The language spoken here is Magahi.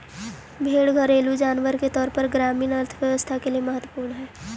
भेंड़ घरेलू जानवर के तौर पर ग्रामीण अर्थव्यवस्था के लिए महत्त्वपूर्ण हई